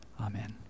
Amen